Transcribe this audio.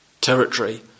territory